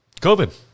COVID